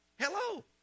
Hello